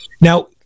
now